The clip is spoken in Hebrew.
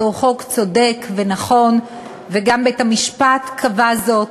זהו חוק צודק ונכון, וגם בית-המשפט קבע זאת.